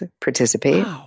participate